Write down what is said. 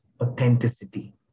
authenticity